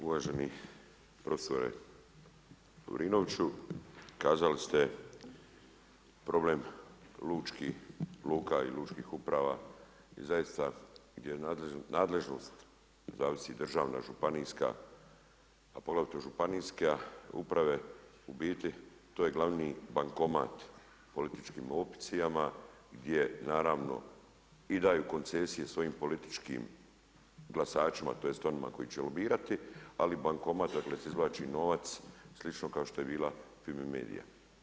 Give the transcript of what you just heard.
Uvaženi profesore Lovrinoviću, kazali ste problem lučkih luka i lučkih uprava i zaista je nadležnost, zavisi državna, županijska, a poglavito županijske uprave, u biti to je glavni bankomat političkim opcijama, gdje naravno i daju koncesije svojim političkim glasačima, tj. onima koji će lobirati, ali bankomat od vas izvlači novac, slično kao što je bila Fime medija.